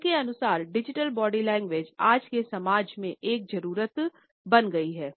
उनके अनुसार digital body language आज के समाज में एक जरूरत बन गई है